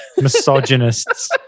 misogynists